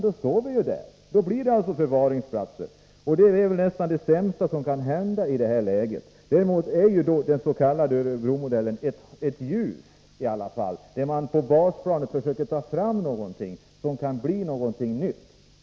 Då står vi ju där! Då blir det förvaringsplatser! Det är nästan det sämsta som kan hända i detta läge. Däremot är den s.k. Örebromodellen ett ljus. Där försöker man på basplanet ta fram det som kan bli någonting nytt.